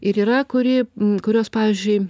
ir yra kuri kurios pavyzdžiui